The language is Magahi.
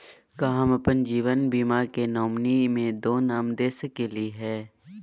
का हम अप्पन जीवन बीमा के नॉमिनी में दो नाम दे सकली हई?